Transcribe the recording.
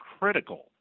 critical